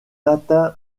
atteint